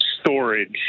storage